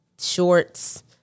Shorts